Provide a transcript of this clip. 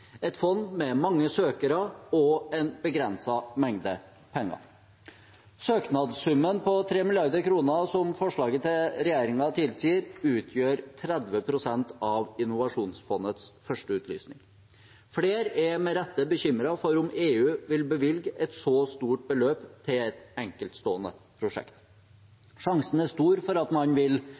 et fond med mange søkere og en begrenset mengde penger. Søknadssummen på 3 mrd. kr, som forslaget til regjeringen tilsier, utgjør 30 pst. av innovasjonsfondets første utlysning. Flere er med rette bekymret for om EU vil bevilge et så stort beløp til et enkeltstående prosjekt. Sjansen er stor for at man vil